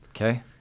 Okay